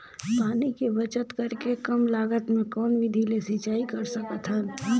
पानी के बचत करेके कम लागत मे कौन विधि ले सिंचाई कर सकत हन?